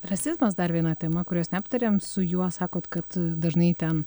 rasizmas dar viena tema kurios neaptarėm su juo sakot kad dažnai ten